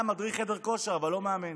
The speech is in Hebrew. היה מדריך חדר כושר אבל לא מאמן.